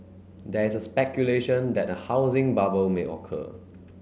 there is a speculation that a housing bubble may occur